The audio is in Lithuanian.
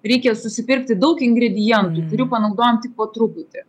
reikia susipirkti daug ingredientų kurių panaudojam tik po truputį